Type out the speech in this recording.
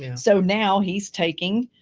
and so now he's taking